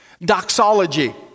Doxology